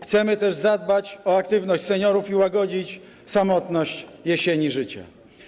Chcemy też zadbać o aktywność seniorów i łagodzić samotność jesieni życia.